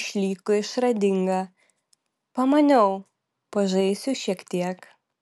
išliko išradinga pamaniau pažaisiu šiek tiek